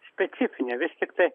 specifinė vis tiktai